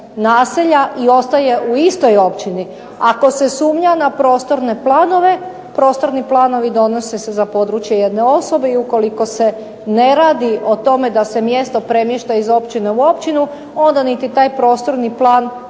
naselja i ostaje u istoj općini. Ako se sumnja na prostorne planove, prostorni planovi donose se za područje jedne osobe i ukoliko se ne radi o tome da se mjesto premješta iz općine u općinu onda niti taj prostorni plan